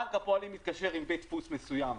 בנק הפועלים מתקשר עם בית דפוס מסוים.